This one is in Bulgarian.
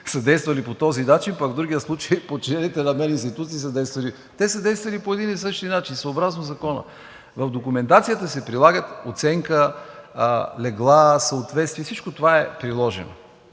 са действали по този начин, а пък в другия случай подчинените на мен институции са действали… Те са действали по един и същи начин – съобразно закона. В документацията се прилагат оценка легла, съответствие. Всичко това е приложено.